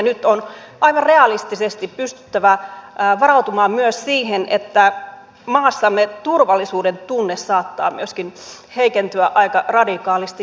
nyt on aivan realistisesti pystyttävä varautumaan myös siihen että maassamme turvallisuuden tunne saattaa myöskin heikentyä aika radikaalisti